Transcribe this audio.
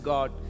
God